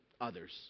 others